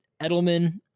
Edelman